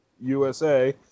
USA